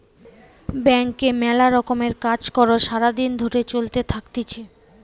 ব্যাংকে মেলা রকমের কাজ কর্ সারা দিন ধরে চলতে থাকতিছে